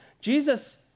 Jesus